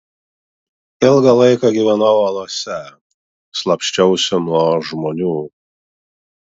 ilgą laiką gyvenau olose slapsčiausi nuo žmonių